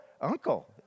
uncle